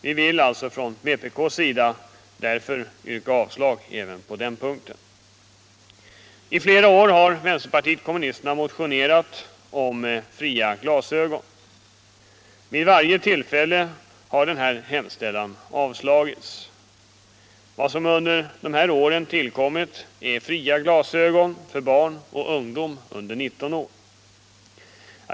Vpk vill därför yrka avslag även på denna punkt. I flera år har vpk motionerat om fria glasögon. Vid varje tillfälle har detta yrkande avslagits. Vad som under dessa år tillkommit är fria glas ögon för barn och ungdom under 19 år.